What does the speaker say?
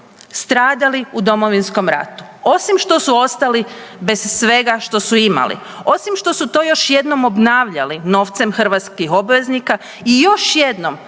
stradali u Domovinskom ratu, osim što su ostali bez svega što su imali, osim što su to još jednom obnavljali novcem hrvatskih obveznika i još jednom